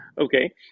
Okay